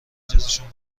چیزشون